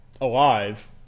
alive